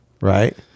right